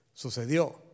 sucedió